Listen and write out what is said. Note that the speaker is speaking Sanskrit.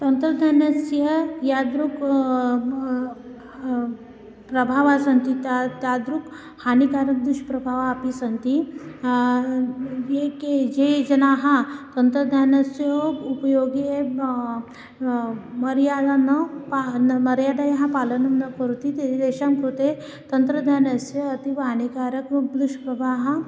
तन्त्रज्ञानस्य यादृशः प्रभावाः सन्ति ताः तादृशः हानिकारकाः दुष्प्रभावापि सन्ति ये के जे जनाः तन्त्रज्ञानस्य उपयोगे मर्यादा न पा न मर्यादयाः पालनं न करोति ते तेषां कृते तन्त्रज्ञानस्य अतीव हानिकारकाः दुष्प्रभावाः